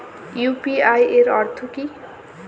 UPI এর অর্থ কি?